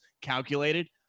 calculated